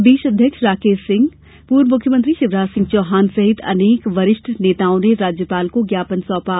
प्रदेश अध्यक्ष राकेश सिंह पूर्व मुख्यमंत्री शिवराज सिंह चौहान सहित अनेक वरिष्ठ नेताओं ने राज्यपाल को ज्ञापन सौंपा